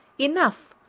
enough,